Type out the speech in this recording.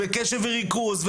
בקשב וריכוז,